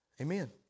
Amen